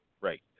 Right